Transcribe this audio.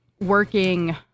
working